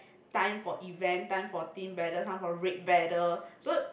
time for event time for team battle time for red battle so